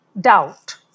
doubt